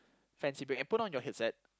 fancy break and put on your headset